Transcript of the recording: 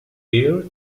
deer